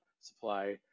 supply